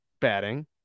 batting